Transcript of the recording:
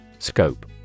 Scope